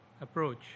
approach